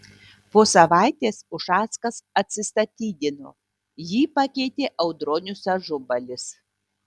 po savaitės ušackas atsistatydino jį pakeitė audronius ažubalis